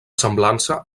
semblança